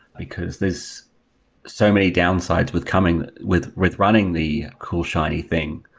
because there's so many downsides with coming, with with running the cool, shiny thing,